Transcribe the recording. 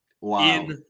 Wow